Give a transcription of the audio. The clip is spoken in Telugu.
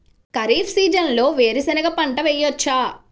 ఖరీఫ్ సీజన్లో వేరు శెనగ పంట వేయచ్చా?